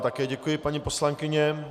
Také vám děkuji, paní poslankyně.